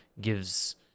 gives